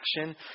action